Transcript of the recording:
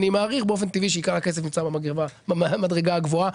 אני מעריך באופן טבעי שעיקר הכסף נמצא במדרגה הגבוהה.